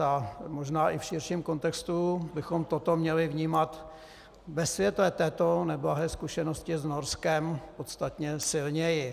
A možná i v širším kontextu bychom toto měli vnímat ve světle této neblahé zkušenosti s Norskem podstatně silněji.